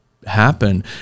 happen